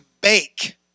bake